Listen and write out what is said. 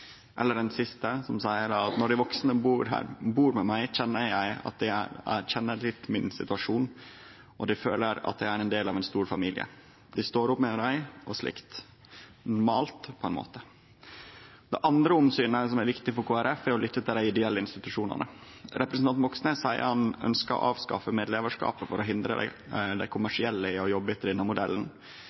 Eller ein siste, som seier: «Når de voksne bor med deg, kjenner de at de er litt i din situasjon. Og du føler deg som en del av en stor familie. De står opp med deg og slikt. Normalt på en måte.» Det andre omsynet som er viktig for Kristeleg Folkeparti, er å lytte til dei ideelle institusjonane. Representanten Moxnes seier han ønskjer å avskaffe medlevarskapet for å hindre dei kommersielle i å jobbe etter denne modellen.